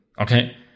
Okay